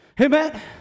Amen